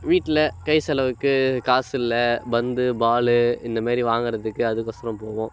வீட்டில் கைச்செலவுக்கு காசு இல்லை பந்து பாலு இந்தமாரி வாங்குறதுக்கு அதுக்கு ஒசரம் போவோம்